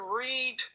read